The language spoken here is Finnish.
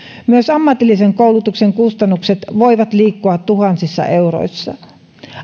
myös ammatillisen koulutuksen kustannukset voivat liikkua tuhansissa euroissa